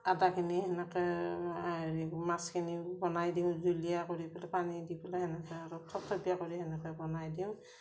আদাখিনি সেনেকৈ মাছখিনি বনাই দিওঁ জুলীয়া কৰি পেলে পানী দি পেলাই সেনেকৈ আৰু থপথ্পিয়া কৰি সেনেকৈ বনাই দিওঁ